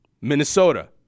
Minnesota